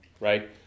Right